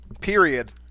period